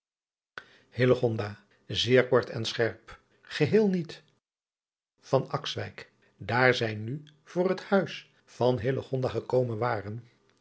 zeer kort en scherp eheel niet daar zij nu voor het huis van gekomen waren